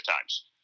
times